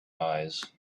eyes